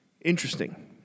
Interesting